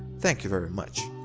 thank you very much!